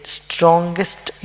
strongest